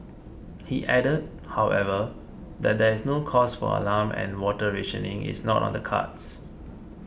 he added however that there is no cause for alarm and water rationing is not on the cards